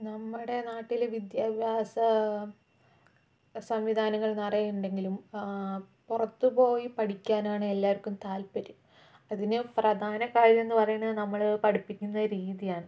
നമ്മുടെ നാട്ടിലെ വിദ്യാഭ്യാസ സംവിധാനങ്ങൾ നിറയെ ഉണ്ടെങ്കിലും പുറത്തുപോയി പഠിക്കാനാണ് എല്ലാവർക്കും താല്പര്യം അതിന് പ്രധാന കാര്യം എന്ന് പറയുന്നത് നമ്മൾ പഠിപ്പിക്കുന്ന രീതിയാണ്